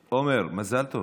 עומר, מזל טוב